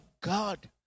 God